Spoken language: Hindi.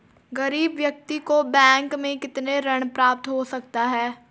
गरीब व्यक्ति को बैंक से कितना ऋण प्राप्त हो सकता है?